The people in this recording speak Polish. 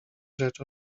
rzecz